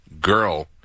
girl